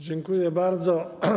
Dziękuję bardzo.